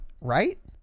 right